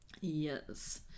yes